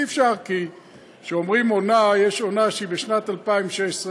כי כשאומרים "עונה" יש עונה שהיא בשנת 2016,